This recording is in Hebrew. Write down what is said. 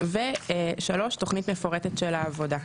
תוכנית מפורטת של העבודה.